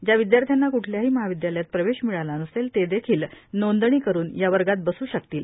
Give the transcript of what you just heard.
ज्या विद्यार्थ्यांना क्ठल्याही महाविद्यालयात प्रवेश मिळाला नसेल ते देखील नोंदणी करून या वर्गात बसू शकतील